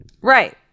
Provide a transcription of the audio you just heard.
Right